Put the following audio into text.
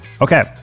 Okay